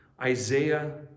Isaiah